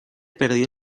perdió